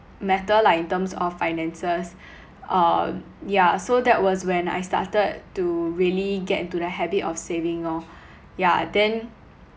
matter like in terms of finances uh yeah so that was when I started to really get into the habit of saving lor yeah then